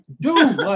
dude